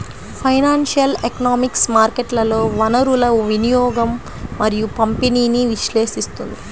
financial economics మార్కెట్లలో వనరుల వినియోగం మరియు పంపిణీని విశ్లేషిస్తుంది